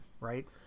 right